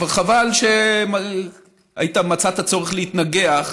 אבל חבל שמצאת צורך להתנגח,